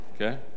Okay